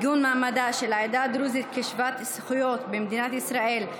עיגון מעמדה של העדה הדרוזית כשוות זכויות במדינת ישראל),